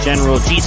General